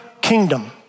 kingdom